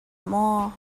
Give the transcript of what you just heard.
maw